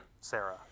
Sarah